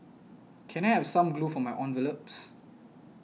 can I have some glue for my envelopes